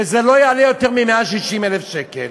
שזה לא יעלה יותר מ-160,000 שקל